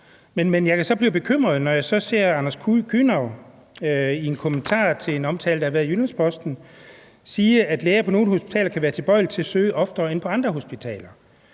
Men jeg kan så blive bekymret, når jeg ser Anders Kühnau i en kommentar til en omtale, der har været i Jyllands-Posten, sige, at læger på nogle hospitaler kan være tilbøjelige til at søge oftere, end man kan på andre hospitaler.